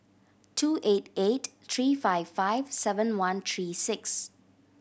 two eight eight three five five seven one three six